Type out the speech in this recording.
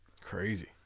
crazy